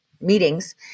meetings